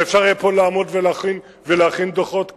כדי שאפשר יהיה לעמוד פה ולהכין דוחות כאלה.